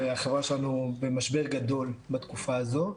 והחברה שלנו במשבר גדול בתקופה הזו,